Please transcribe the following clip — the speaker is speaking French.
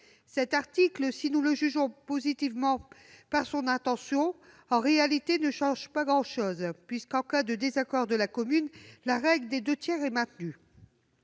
Cet article, si nous en jugeons positive l'intention, ne change en réalité pas grand-chose, puisqu'en cas de désaccord de la commune, la règle des deux tiers est maintenue.